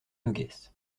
noguès